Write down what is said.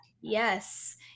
Yes